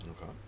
Okay